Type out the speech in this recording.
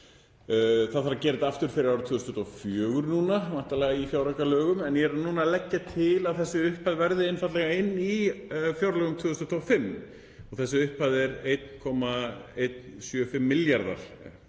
Það þarf að gera þetta aftur fyrir árið 2024 núna, væntanlega í fjáraukalögum, en ég er að leggja til að þessi upphæð verði einfaldlega inni í fjárlögum 2025. Þessi upphæð er 1,175 milljarðar